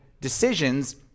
decisions